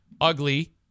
Ugly